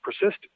persist